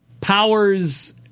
powers